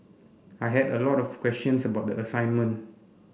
I had a lot of questions about the assignment